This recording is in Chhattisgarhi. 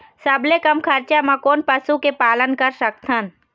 सबले कम खरचा मा कोन पशु के पालन कर सकथन?